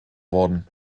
worden